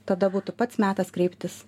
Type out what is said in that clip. tada būtų pats metas kreiptis